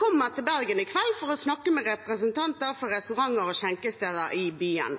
kommer til Bergen i kveld for å snakke med representanter for restauranter og skjenkesteder i byen,